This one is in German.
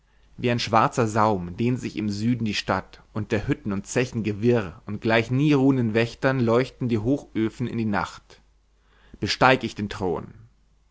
wie ein schwarzer saum dehnt sich im süden die stadt und der hütten und zechen gewirr und gleich nie ruhenden wächtern leuchten die hochöfen in die nacht besteig ich den thron